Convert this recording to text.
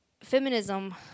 feminism